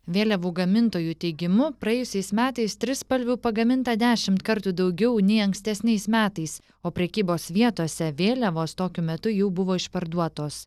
vėliavų gamintojų teigimu praėjusiais metais trispalvių pagaminta dešimt kartų daugiau nei ankstesniais metais o prekybos vietose vėliavos tokiu metu jau buvo išparduotos